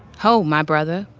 ho, my brother,